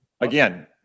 Again